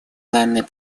данный